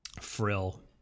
Frill